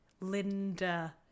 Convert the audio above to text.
Linda